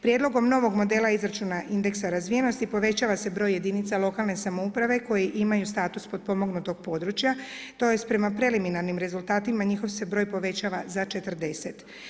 Prijedlogom novog modela izračuna indeksa razvijenosti povećava se broj jedinica lokalne samouprave koje imaju status potpomognutog područja tj. prema preliminarnim rezultatima njihov se broj povećava za 40.